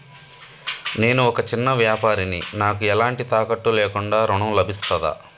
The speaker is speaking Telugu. నేను ఒక చిన్న వ్యాపారిని నాకు ఎలాంటి తాకట్టు లేకుండా ఋణం లభిస్తదా?